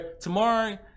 tomorrow